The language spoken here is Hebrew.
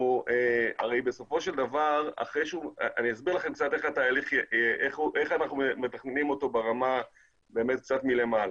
אני אסביר לכם קצת איך אנחנו מתכננים את התהליך ברמה שהיא קצת מלמעלה.